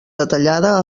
detallada